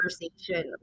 conversation